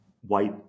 white